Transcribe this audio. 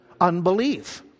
unbelief